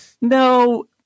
no